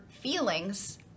feelings